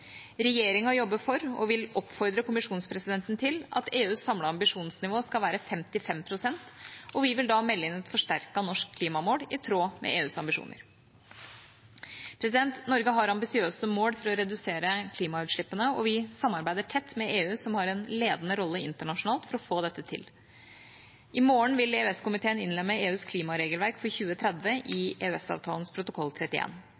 Regjeringa jobber for, og vil oppfordre kommisjonspresidenten til, at EUs samlede ambisjonsnivå skal være 55 pst., og vi vil melde inn et forsterket norsk klimamål i tråd med EUs ambisjoner. Norge har ambisiøse mål for å redusere klimagassutslippene, og vi samarbeider tett med EU, som har en ledende rolle internasjonalt for å få dette til. I morgen vil EØS-komiteen innlemme EUs klimaregelverk for 2030